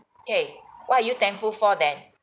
kay what are you thankful for then